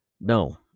no